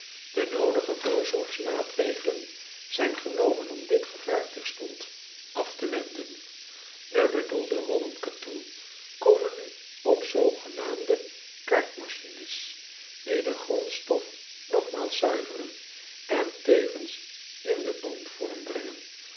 e noodige voorzorgsmaatregelen zijn genomen om dit gevaar terstond af te wenden e bedoelde rollen katoen komen nu op zoogenaamde k a a r d m a c h i n e s die de grondstof nogmaals zuiveren en tevens in den bandvorm brengen